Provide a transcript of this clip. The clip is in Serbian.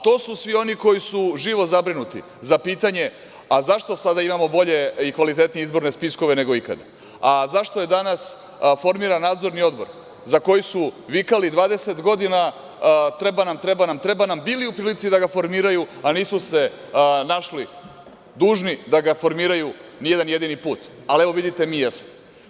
To su svi oni koji su živo zabrinuti za pitanje a zašto sada imamo bolje i kvalitetnije izborne spiskove nego ikada, a zašto je danas formiran Nadzorni odbor za koji su vikali 20 godina treba nam, treba nam, treba nam, bili u prilici da ga formiraju, a nisu se našli dužni da ga formiraju ni jedan jedini put, ali vidite mi jesmo.